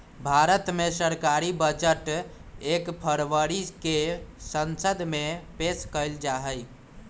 भारत मे सरकारी बजट एक फरवरी के संसद मे पेश कइल जाहई